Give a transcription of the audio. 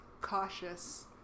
cautious